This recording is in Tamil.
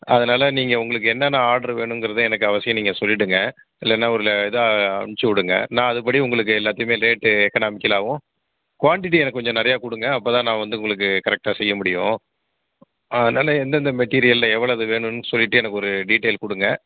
அதனால் நீங்கள் உங்களுக்கு என்னென்ன ஆர்டர் வேணுங்கிறத எனக்கு அவசியம் நீங்கள் சொல்லிவிடுங்க இல்லைனா ஒரு இதாக அமுச்சி விடுங்க நான் அதுபடி உங்களுக்கு எல்லாத்தியுமே ரேட்டு எக்னாமிக்கலாகவும் குவான்டிட்டி எனக்கு கொஞ்சம் நிறையா கொடுங்க அப்போ தான் நான் வந்து உங்களுக்கு கரெக்டாக செய்ய முடியும் அதனால் எந்தெந்த மெட்டீரியலில் எவ்வளவு வேணும்ன் சொல்லிட்டு எனக்கு ஒரு டீடைல் கொடுங்க